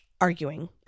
arguing